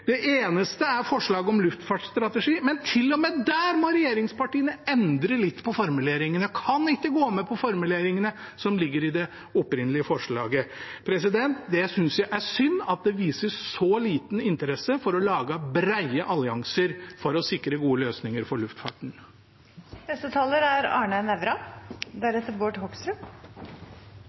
forslaget om luftfartsstrategi, men til og med der må regjeringspartiene endre litt på formuleringene, en kan ikke gå med på formuleringene som ligger i det opprinnelige forslaget. Jeg synes det er synd at det vises så liten interesse for å lage brede allianser for å sikre gode løsninger for